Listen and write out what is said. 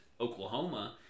Oklahoma